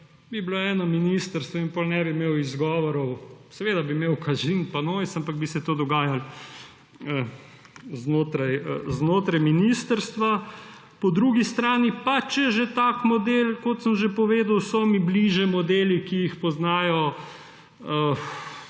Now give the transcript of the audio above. bi bilo eno ministrstvo in potem ne bi imeli izgovorov. Seveda bi imeli kažin pa noise, ampak bi se to dogajalo znotraj ministrstva. Po drugi strani pa če že takšen model, kot sem že povedal, so mi bliže modeli, ki jih poznajo